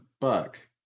buck